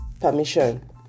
permission